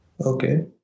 okay